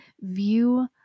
view